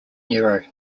nero